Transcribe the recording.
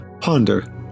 ponder